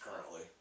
currently